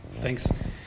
Thanks